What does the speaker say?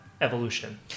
evolution